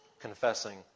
confessing